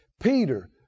Peter